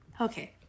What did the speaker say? okay